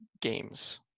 games